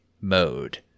mode